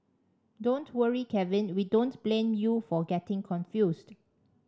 don't worry Kevin we don't blame you for getting confused